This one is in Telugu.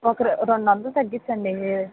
ఒక రెం రెండొందలు తగ్గించండి